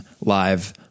Live